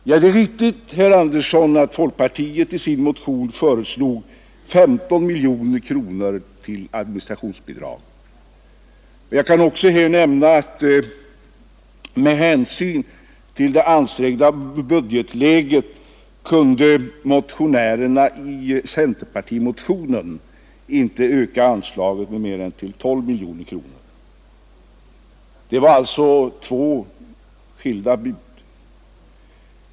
Ja, det är riktigt, herr Andersson i Örebro, att folkpartiet i sin motion föreslog 15 miljoner kronor till administrationsbidrag, och jag kan också nämna att med hänsyn till det ansträngda budgetläget kunde de motionärer som står bakom centerpartimotionen inte tänka sig att höja anslaget till mer än 12 miljoner kronor. Det var alltså två skilda bud.